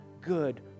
good